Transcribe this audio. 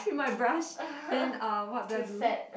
with my brush then uh what do I do